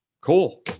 Cool